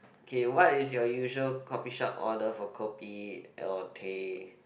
okay what is your usual coffee shop order for kopi or teh